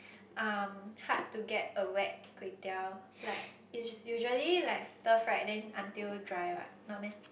um hard to get a wet kway-teow like usu~ usually like stir fried then until dry [what] not meh